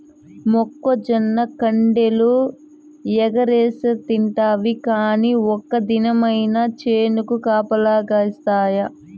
మొక్కజొన్న కండెలు ఎగరేస్కతింటివి కానీ ఒక్క దినమైన చేనుకు కాపలగాస్తివా